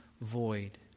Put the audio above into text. void